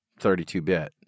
32-bit